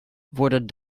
worden